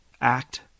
act